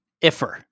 ifer